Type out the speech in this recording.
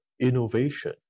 innovation